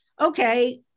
okay